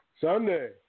Sunday